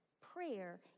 Prayer